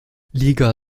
liga